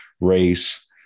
race